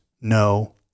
no